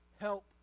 Help